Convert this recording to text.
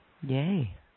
Yay